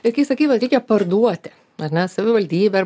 ir kai sakai vat reikia parduoti ar ne savivaldybę